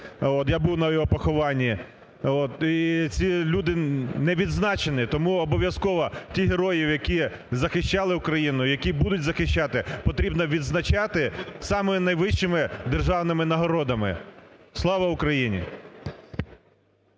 я був на його похованні. І ці люди не відзначені. Тому обов'язково тих героїв, які захищали Україну, які будуть захищати, потрібно відзначати саме найвищими державними нагородами. Слава Україні!